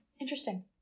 Interesting